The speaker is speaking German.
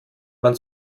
man